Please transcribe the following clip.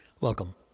Welcome